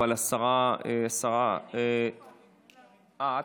אבל השרה, שרת האנרגיה קארין אלהרר: אני אגיב מפה.